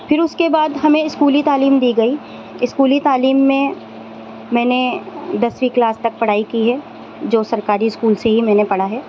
پھر اس کے بعد ہمیں اسکولی تعلیم دی گئی اسکولی تعلیم میں میں نے دسویں کلاس تک پڑھائی کی ہے جو سرکاری اسکول سے ہی میں نے پڑھا ہے